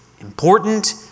important